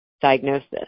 diagnosis